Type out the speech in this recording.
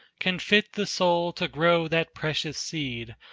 can fit the soul to grow that precious seed,